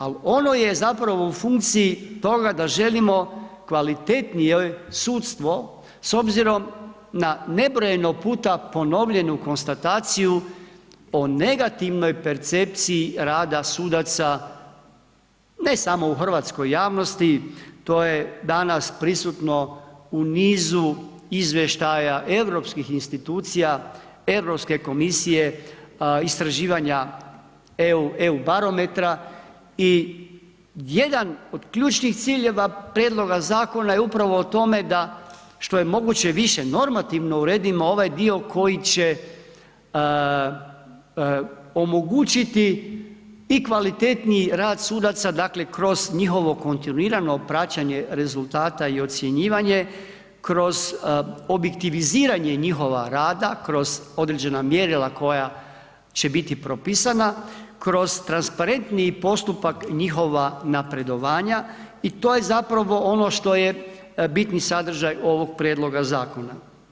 Ali, ono je zapravo u funkciji toga da želimo kvalitetnije sudstvo s obzirom na nebrojeno puta ponovljenu konstataciju o negativnoj percepciji rada sudaca, ne samo u hrvatskoj javnosti, to je danas prisutno u nizu izvještaja europskih institucija, EU komisije, istraživanja EU barometra i jedan od ključnih ciljeva prijedloga zakona je upravo u tome, što je moguće više, normativno uredimo ovaj dio koji će omogućiti i kvalitetniji rad sudaca, dakle, kroz njihovo kontinuirano praćenje rezultata i ocjenjivanje kroz objektiviziranje njihova rada kroz određena mjerila koja će biti propisana, kroz transparentniji postupak njihova napredovanja i to je zapravo ono što je bitni sadržaj ovog prijedloga zakona.